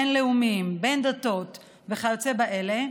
בין לאומים, בין דתות וכיוצא באלה,